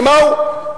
ומהו.